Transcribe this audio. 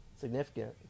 significant